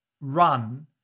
run